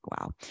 wow